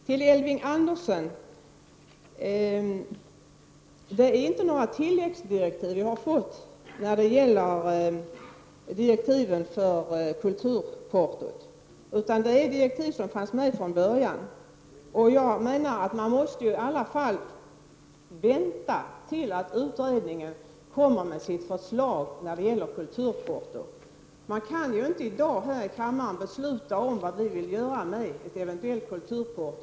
Till Elving Andersson: Vi har inte fått några tilläggsdirektiv beträffande kulturportot, utan det är fråga om direktiv som fanns med från början. Jag menar att man måste vänta tills utredningen kommer med sitt förslag beträffande kulturporton. Man kan inte i dag här i kammaren besluta hur vi skall förfara beträffande ett eventuellt kulturporto.